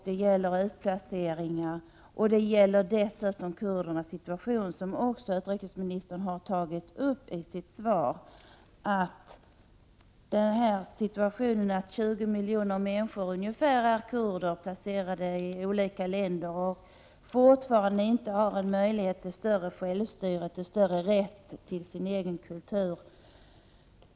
Det handlar om utplaceringar och dessutom om kurdernas situation, som utrikesministern också har tagit upp i sitt svar. 20 miljoner kurder finns i olika länder och har fortfarande inte någon möjlighet till större självstyre och rätt till sin egen kultur.